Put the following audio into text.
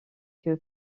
que